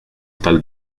tal